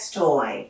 toy